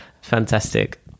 Fantastic